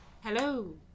Hello